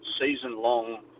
season-long